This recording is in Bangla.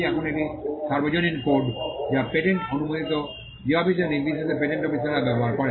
এখন এটি সর্বজনীন কোড যা পেটেন্ট অনুমোদিত যে অফিসে নির্বিশেষে পেটেন্ট অফিসাররা ব্যবহার করেন